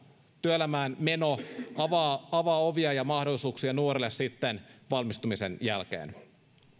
työelämään meno jo opintojen aikana avaa ovia ja mahdollisuuksia nuorille sitten valmistumisen jälkeen